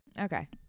okay